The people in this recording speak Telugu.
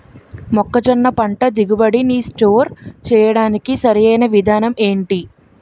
మొక్కజొన్న పంట దిగుబడి నీ స్టోర్ చేయడానికి సరియైన విధానం ఎంటి?